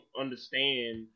understand